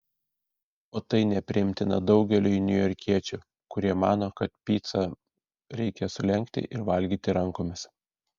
o tai nepriimtina daugeliui niujorkiečių kurie mano kad picą reikia sulenkti ir valgyti rankomis